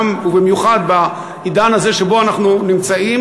גם ובמיוחד בעידן הזה שבו אנחנו נמצאים,